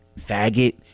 faggot